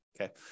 Okay